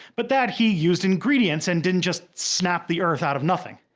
but that he used ingredients and didn't just snap the earth out of nothing.